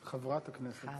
חברת הכנסת.